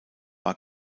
war